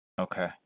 Okay